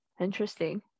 Interesting